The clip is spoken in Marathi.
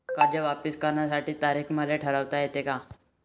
कर्ज वापिस करण्याची तारीख मले ठरवता येते का?